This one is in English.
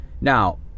Now